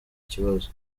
kibazo